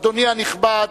אדוני הנכבד,